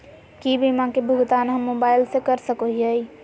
की बीमा के भुगतान हम मोबाइल से कर सको हियै?